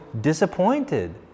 disappointed